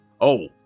Oh